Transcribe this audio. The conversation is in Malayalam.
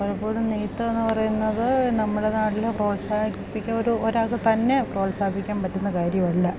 പലപ്പോഴും നെയ്ത്ത് എന്ന് പറയുന്നത് നമ്മുടെ നാട്ടിൽ പ്രോത്സാഹിപ്പിക്ക ഒരു ഒരാൾക്ക് തന്നെ പ്രോത്സാഹിപ്പിക്കാൻ പറ്റുന്ന കാര്യമല്ല